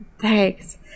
Thanks